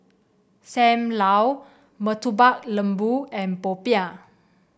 Sam Lau Murtabak Lembu and popiah